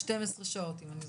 עד 12 שעות, אם אני זוכרת.